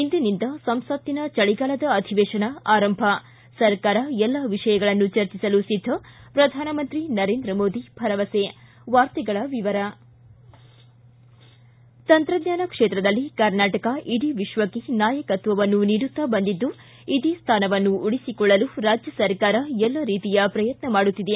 ಇಂದಿನಿಂದ ಸಂಸತ್ತಿನ ಚಳಿಗಾಲದ ಅಧಿವೇಶನ ಆರಂಭ ಸರ್ಕಾರ ಎಲ್ಲಾ ವಿಷಯಗಳನ್ನು ಚರ್ಚಿಸಲು ಸಿದ್ದ ಪ್ರಧಾನಮಂತ್ರಿ ನರೇಂದ್ರ ಮೋದಿ ಭರವಸೆ ವಾರ್ತೆಗಳ ವಿವರ ತಂತ್ರಜ್ವಾನ ಕ್ಷೇತ್ರದಲ್ಲಿ ಕರ್ನಾಟಕ ಇಡೀ ವಿಶ್ವಕ್ಕೆ ನಾಯಕತ್ವವನ್ನು ನೀಡುತ್ತಾ ಬಂದಿದ್ದು ಇದೇ ಸ್ಥಾನವನ್ನು ಉಳಿಸಿಕೊಳ್ಳಲು ರಾಜ್ಯ ಸರ್ಕಾರ ಎಲ್ಲ ರೀತಿಯ ಪ್ರಯತ್ನ ಮಾಡುತ್ತಿದೆ